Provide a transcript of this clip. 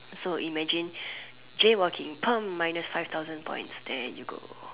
so imagine jaywalking paam minus five thousand points there you go